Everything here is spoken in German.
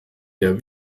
der